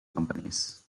companies